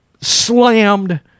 slammed